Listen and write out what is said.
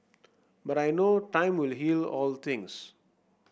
but I know time will heal all things